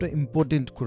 important